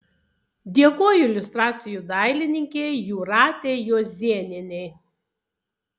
dėkoju iliustracijų dailininkei jūratei juozėnienei